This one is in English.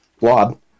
Blob